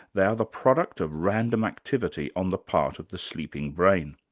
they are the product of random activity on the part of the sleeping brain.